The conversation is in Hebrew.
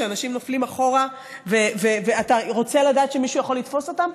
שאנשים נופלים אחורה ואתה רוצה לדעת שמישהו יכול לתפוס אותם?